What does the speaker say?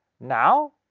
now,